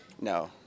No